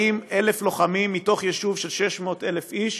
40,000 לוחמים מתוך יישוב של 600,000 איש.